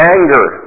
Anger